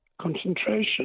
concentration